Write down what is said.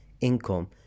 income